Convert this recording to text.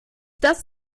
das